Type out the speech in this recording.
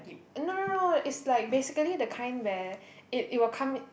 no no no no no it's like basically the kind where it it will come